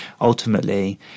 ultimately